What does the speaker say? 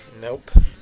Nope